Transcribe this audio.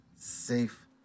safe